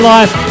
Life